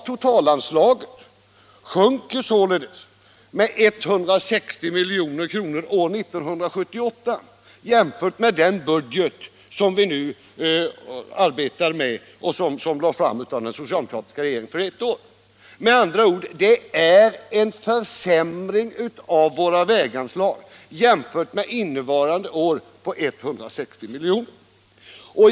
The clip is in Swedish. Totalanslaget sjunker således med 160 milj.kr. för år 1978 jämfört med den budget som vi nu arbetar med och som lades fram av den socialdemokratiska regeringen för ett år sedan. Med andra ord, det blir en försämring med 160 milj.kr. av våra väganslag jämfört med innevarande år.